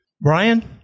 Brian